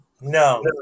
No